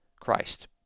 Christ